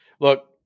look